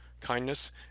kindness